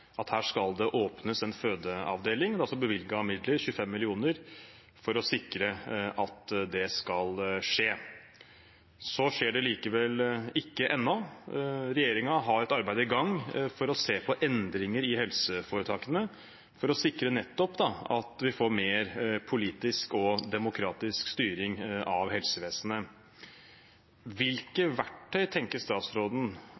at her skal det åpnes en fødeavdeling, og det er også bevilget midler, 25 mill. kr, for å sikre at det skjer. Så skjer det likevel ikke ennå. Regjeringen har et arbeid i gang for å se på endringer i helseforetakene, nettopp for å sikre at vi får mer politisk og demokratisk styring av helsevesenet.